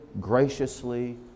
graciously